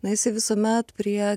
na jisai visuomet prie